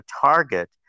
target